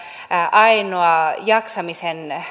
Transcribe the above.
ainoa jaksamisen